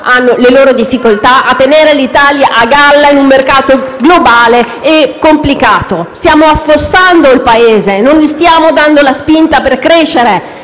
hanno le loro difficoltà a tenere l'Italia a galla in un mercato globale e complicato. Stiamo affossando il Paese, non gli stiamo dando la spinta per crescere.